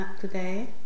today